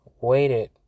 waited